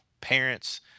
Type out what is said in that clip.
parents